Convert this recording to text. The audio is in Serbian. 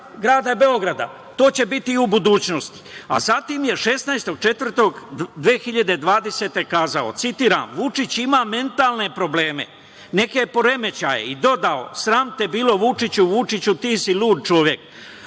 grada Beograda. To će biti i u budućnosti. Zatim je 16.04.2020. godine kazao: „Vučić ima mentalne probleme, neke poremećaje i dodao – sram te bilo, Vučiću; Vučiću, ti si lud čovek“,